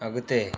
अॻिते